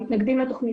המתנגדים לתוכנית,